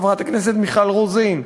חברת הכנסת מיכל רוזין,